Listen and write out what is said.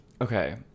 Okay